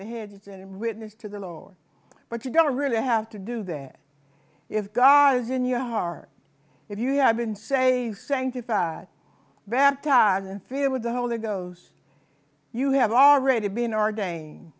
the heads and witness to the lord but you don't really have to do that if god was in your heart if you have been saved sanctified baptized and fear with the whole that goes you have already been o